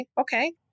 okay